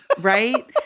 right